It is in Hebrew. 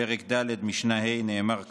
פרק ד', משנה ה' נאמר כך: